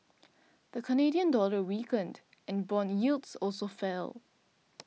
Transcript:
the Canadian dollar weakened and bond yields also fell